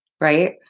right